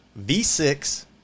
V6